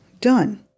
done